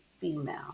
female